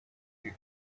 you